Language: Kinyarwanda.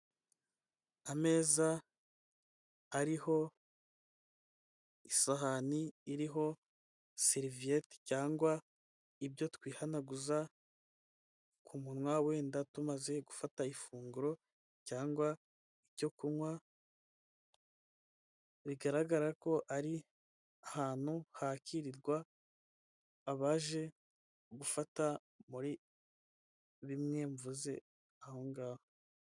Ameza ariho isahani iriho seriviyete cyangwa ibyo twihanaguza ku munwa, wenda tumaze gufata ifunguro cyangwa ibyo kunywa, bigaragara ko ari ahantu hakirirwa abaje gufata muri bimwe mvuze aho ngaho.